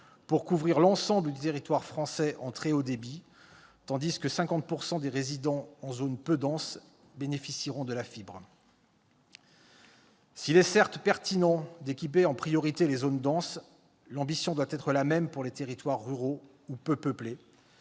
pour couvrir l'ensemble du territoire français en très haut débit, tandis que 50 % des résidents en zones peu denses bénéficieront de la fibre. S'il est certes pertinent d'équiper en priorité les zones denses, l'ambition doit être la même pour les territoires ruraux ou peu peuplés,